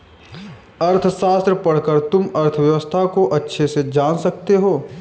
अर्थशास्त्र पढ़कर तुम अर्थव्यवस्था को अच्छे से जान सकते हो